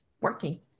working